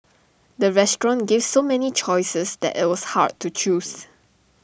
the restaurant gave so many choices that IT was hard to choose